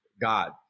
God